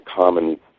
common